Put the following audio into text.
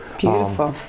beautiful